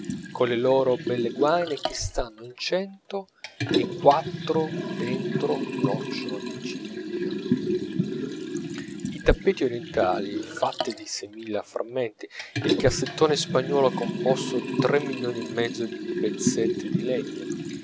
microscopici colle loro belle guaine che stanno in cento e quattro dentro un nocciolo di ciliegia i tappeti orientali fatti di sei mila frammenti il cassettone spagnuolo composto di tre milioni e mezzo di pezzetti di legno